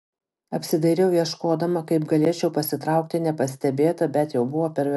apsidairau ieškodama kaip galėčiau pasitraukti nepastebėta bet jau per vėlu